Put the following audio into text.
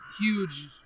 huge